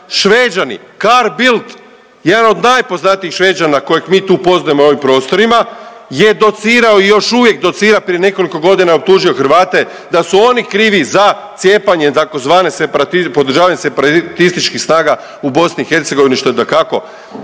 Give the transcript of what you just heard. Šveđani Carl Bildt, jedan od najpoznatijih Šveđana koje mi tu poznajemo na ovim prostorima je docirao i još uvijek docira, prije nekoliko godina je optužio Hrvate da su oni krivi za cijepanje, tzv. podržavanje separatističkih snaga u BiH, što je dakako